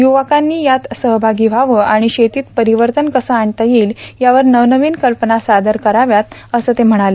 युवकांनी यात सहभागी व्हावं आणि शेतीत परिवर्तन कसं आणता येईल यावर नवनवीन कल्पना सादर कराव्यात असं ते म्हणाले